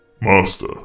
Master